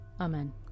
Amen